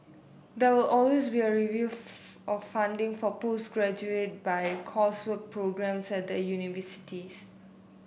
there will always be a review of funding for postgraduate by coursework programmes at the universities